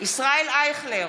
ישראל אייכלר,